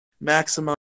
maximum